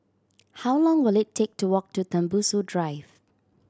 how long will it take to walk to Tembusu Drive